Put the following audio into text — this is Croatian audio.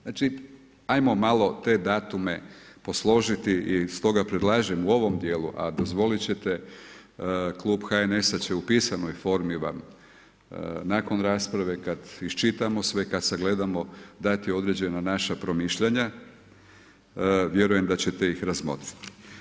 Znači ajmo malo te datume posložiti i stoga predlažem u ovom djelu a dozvolit ćete, klub HNS-a će u pisanoj formi vam nakon rasprave kad iščitamo sve, kad sagledamo, dati određena naša promišljanja, vjerujem da ćete ih razmotriti.